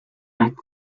night